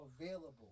available